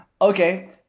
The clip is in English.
Okay